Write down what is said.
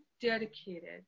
dedicated